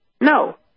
No